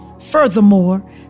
Furthermore